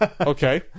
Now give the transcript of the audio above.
Okay